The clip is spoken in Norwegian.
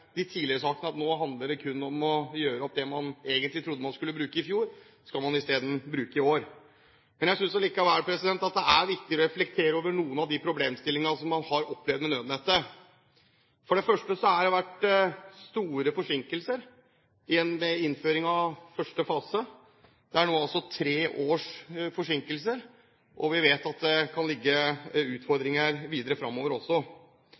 de tidligere sakene er at nå handler det kun om må gjøre opp det man egentlig trodde man skulle bruke i fjor. Nå skal man i stedet bruke det i år. Jeg synes likevel det er viktig å reflektere over noen av de problemstillingene som man har opplevd med nødnettet. For det første har det vært store forsinkelser ved innføringen av første fase. Det er nå tre års forsinkelse, og vi vet at det kan ligge utfordringer framover.